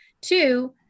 Two